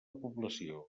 població